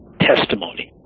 testimony